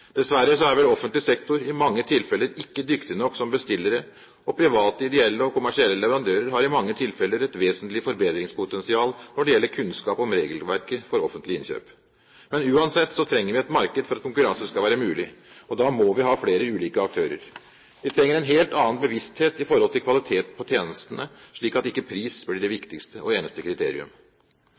Dessverre er vel offentlig sektor i mange tilfeller ikke dyktig nok som bestiller, og private ideelle og kommersielle leverandører har i mange tilfeller et vesentlig forbedringspotensial når det gjelder kunnskap om regelverket for offentlige innkjøp. Men uansett trenger vi et marked for at konkurranse skal være mulig. Da må vi ha flere ulike aktører. Vi trenger en helt annen bevissthet i forhold til kvalitet på tjenestene, slik at ikke pris blir det viktigste og eneste kriterium.